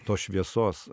tos šviesos